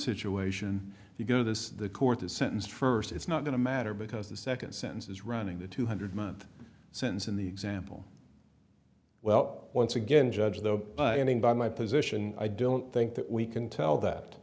situation you go this the court is sentenced first it's not going to matter because the second sentence is running the two hundred month sentence in the example well once again judge though but ending by my position i don't think that we can tell that